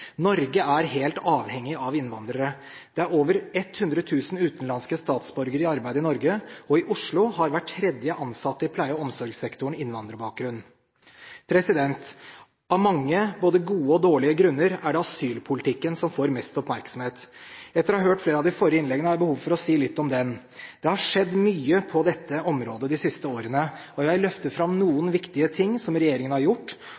Norge er helt avhengig av innvandrere. Det er over 100 000 utenlandske statsborgere i arbeid i Norge. I Oslo har hver tredje ansatte i pleie- og omsorgssektoren innvandrerbakgrunn. Av mange grunner – både gode og dårlige – er det asylpolitikken som får mest oppmerksomhet. Etter å ha hørt flere av de forrige innleggene har jeg behov for å si litt om den. Det har skjedd mye på dette området de siste årene. Jeg vil løfte fram noen viktige ting som regjeringen har gjort,